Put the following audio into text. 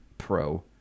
pro